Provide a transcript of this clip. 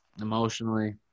emotionally